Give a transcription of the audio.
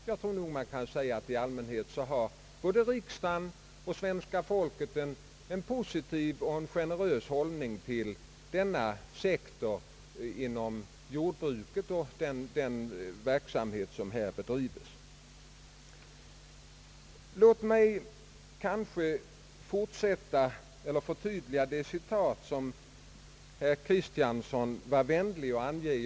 Jag tror att i allmänhet har både riksdagen och svenska folket en positiv och generös hållning till den verksamhet som här bedrives inom vårt jordbruk. Låt mig förtydliga det citat som herr Kristiansson var vänlig att anföra.